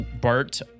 Bart